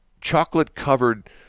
chocolate-covered